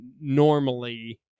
normally